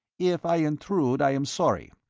if i intrude i am sorry,